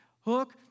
hook